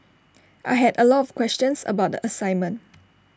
I had A lot of questions about the assignment